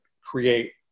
create